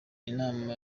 inama